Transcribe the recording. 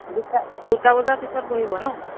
দুটা দুটা বজাৰ পিছত বহিব ন